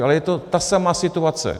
Ale je to ta samá situace.